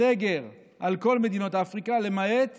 סגר על כל מדינות אפריקה למעט